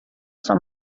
sua